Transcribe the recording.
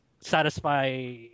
satisfy